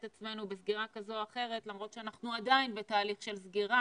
עצמנו בסגירה כזו או אחרת למרות שאנחנו עדיין בתהליך של סגירה,